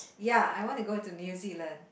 ya I want to go to New Zealand